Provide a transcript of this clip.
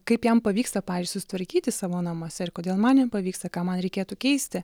kaip jam pavyksta pavyzdžiui susitvarkyti savo namuose ir kodėl man nepavyksta ką man reikėtų keisti